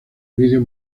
video